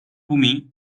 不明